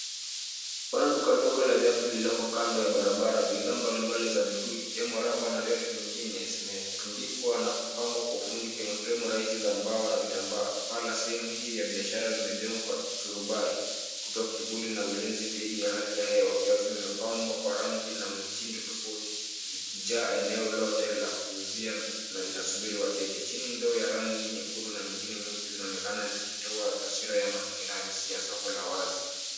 Pana duka dogo la viatu lililoko kando ya barabara. Bidhaa mbalimbali za miguu ikiwemo raba na viatu vingine zimetundikwa na kupangwa kwa ufundi kwenye fremu rahisi za mbao na vitambaa. Paa la sehemu hii ya biashara limejengwa kwa turubai kutoa kivuli na ulinzi dhidi ya hali ya hewa. Viatu vimepambwa kwa rangi na mitindo tofauti vikijaa eneo lote la kuuzia na vinasubiri wateja. Chini ndoo ya rangi nyekundu na nyingine nyeupe zinaonekana zikitoa taswira ya mazingira halisi ya soko la wazi.